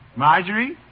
Marjorie